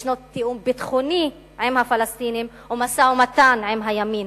יש תיאום ביטחוני עם הפלסטינים ומשא-ומתן עם הימין,